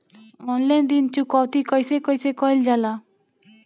Online ऋण चुकौती कइसे कइसे कइल जाला?